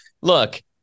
look